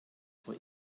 vor